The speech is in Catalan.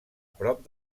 prop